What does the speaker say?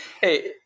Hey